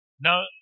Now